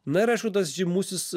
na ir aišku tas žymusis